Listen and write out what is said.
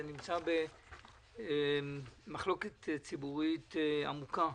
זה נמצא במחלוקת ציבורית עמוקה.